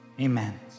Amen